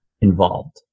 involved